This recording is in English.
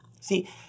See